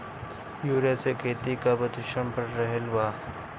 urea से खेती क प्रदूषण बढ़ रहल बा